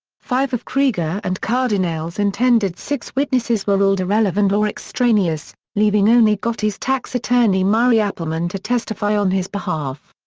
five of krieger and cardinale's intended six witnesses were ruled irrelevant or extraneous, leaving only gotti's tax attorney murray appleman to testify on his behalf.